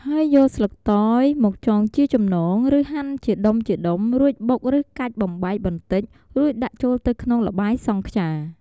ហើយយកស្លឹកតើយមកចងជាចំណង ឬហាន់ជាដុំៗ រួចបុកឬកាច់បំបែកបន្តិច រួចដាក់ចូលទៅក្នុងល្បាយសង់ខ្យា។